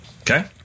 Okay